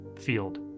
field